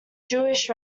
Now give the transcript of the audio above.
jewish